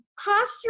posture